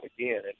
again